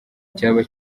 icyaba